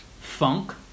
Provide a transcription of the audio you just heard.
Funk